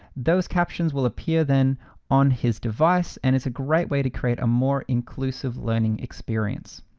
those captions will appear then on his device and is a great way to create a more inclusive learning experience.